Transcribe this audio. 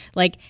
like,